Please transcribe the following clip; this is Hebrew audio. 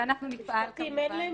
ואנחנו נפעל כמובן בהתאם.